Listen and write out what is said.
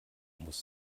muss